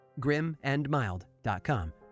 grimandmild.com